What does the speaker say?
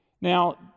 Now